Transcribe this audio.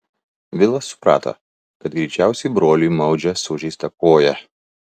vilas suprato kad greičiausiai broliui maudžia sužeistą koją